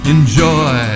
Enjoy